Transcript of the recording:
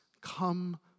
come